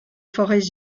forêts